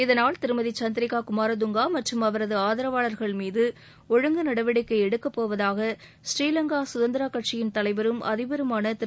இதனால் திருமதி சந்திரிகா குமாரதங்கா மற்றும் அவரது ஆதரவாளர்கள்மீது ஒழுங்கு நடவடிக்கை எடுக்கப் போவதாக புநீலங்கா சுதந்திரா கட்சியின் தலைவரும் அதிபருமான திரு